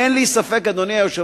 אין לי ספק, אדוני היושב-ראש,